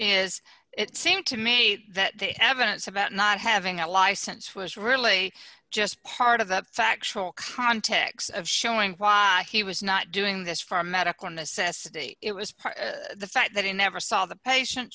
is it seemed to me that the evidence about not having a license was really just part of the factual context of showing he was not doing this for medical necessity it was part of the fact that he never saw the patient